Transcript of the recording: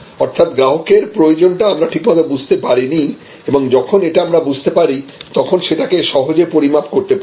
অর্থাৎ গ্রাহকের প্রয়োজনটা আমরা ঠিকমত বুঝতে পারিনি এবং যখন এটা আমরা বুঝতে পারি তখন সেটাকে সহজে পরিমাপ করতে পারি